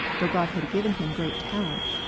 though god had given him great talents,